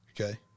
Okay